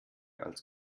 als